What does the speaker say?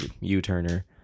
u-turner